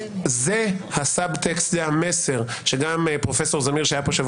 זה המסר גם מדברי פרופ' זמיר שהיה פה בשבוע